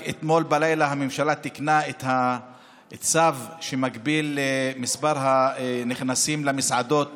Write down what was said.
רק אתמול בלילה הממשלה תיקנה את הצו שמגביל את מספר הנכנסים למסעדות